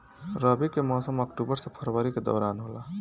रबी के मौसम अक्टूबर से फरवरी के दौरान होला